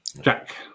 jack